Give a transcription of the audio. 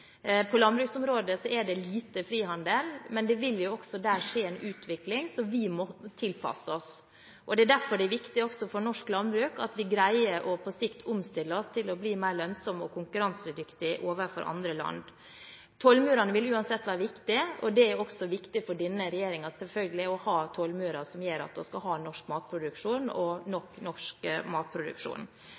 derfor viktig også for norsk landbruk at vi på sikt greier å omstille oss til å bli mer lønnsomme og konkurransedyktige overfor andre land. Tollmurene vil uansett være viktige, og det er selvfølgelig viktig også for denne regjeringen å ha tollmurer som gjør at vi skal ha norsk matproduksjon – og nok norsk matproduksjon.